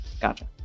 gotcha